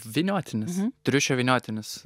vyniotinis triušio vyniotinis